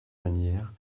manière